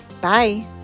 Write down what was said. Bye